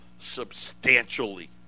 substantially